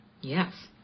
Yes